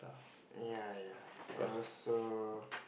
ya ya and also